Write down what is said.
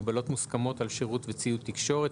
הגבלות מוסכמות על שירות וציוד תקשורת),